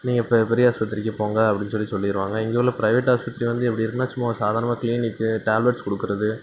நீங்கள் பெ பெரிய ஆஸ்பத்திரிக்கு போங்க அப்படின்னு சொல்லி சொல்லிடுவாங்க இங்கே உள்ள பிரைவேட் ஆஸ்பத்திரி வந்து எப்படி இருக்குதுன்னா சும்மா ஒரு சாதாரணமாக க்ளினிக்கு டேப்லட்ஸ் கொடுக்கறது